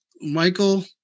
Michael